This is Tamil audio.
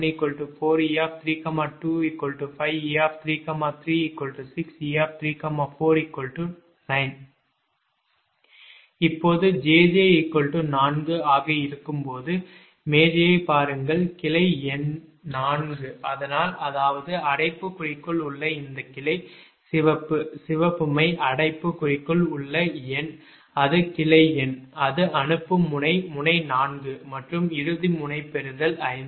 இப்போது மீண்டும் jj 4 ஆக இருக்கும்போது மேஜையைப் பாருங்கள் கிளை எண் 4 அதனால் அதாவது அடைப்புக்குறிக்குள் உள்ள இந்த கிளை சிவப்பு சிவப்பு மை அடைப்புக்குறிக்குள் உள்ள எண் அது கிளை எண் அது அனுப்பும் முனை முனை 4 மற்றும் இறுதி முனை பெறுதல் 5